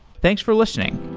thanks for listening